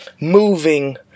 Moving